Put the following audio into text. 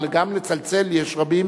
אבל גם לצלצל, יש רבים